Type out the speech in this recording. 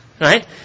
right